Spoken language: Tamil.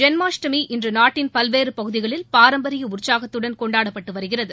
ஜென்மாஸ்டமி இன்று நாட்டின் பல்வேறு பகுதிகளில் பாரம்பரிய உற்சாகத்துடன் கொண்டாடப்பட்டு வருகிறது